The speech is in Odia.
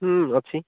ହୁଁ ଅଛି